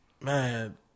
man